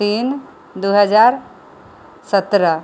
तीन दू हजार सतरह